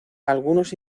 algunos